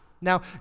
Now